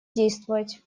действовать